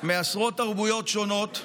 מעשרות תרבויות שונות,